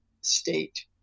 state